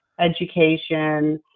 education